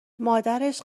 مادرش